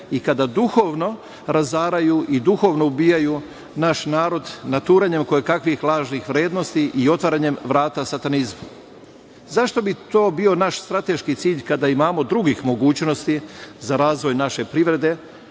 i kada duhovno razaraju i duhovno ubijaju naš narod naturanjem kojekakvih lažnih vrednosti i otvaranjem vrata satanizmu? Zašto bi to bio naš strateški cilj kada imamo drugih mogućnosti za razvoj naše privrede,